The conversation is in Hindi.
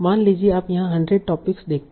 मान लीजिए आप यहा 100 टॉपिक्स देखते हैं